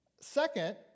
Second